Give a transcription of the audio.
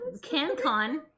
CanCon